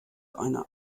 einer